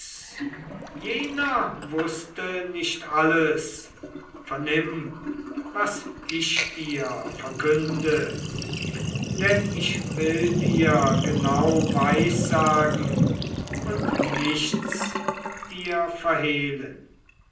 jener wußte nicht alles vernimm was ich dir verkünde denn ich will dir genau weissagen und nichts dir verhehlen